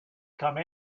come